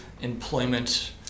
employment